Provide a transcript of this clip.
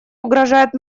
угрожает